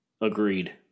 Agreed